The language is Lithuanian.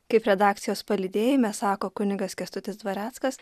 kaip redakcijos palydėjime sako kunigas kęstutis dvareckas